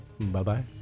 Bye-bye